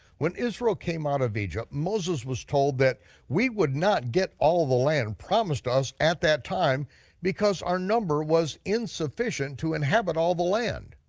when israel came out of egypt, moses was told that we would not get all the land promised us at that time because our number was insufficient to inhabit all the land.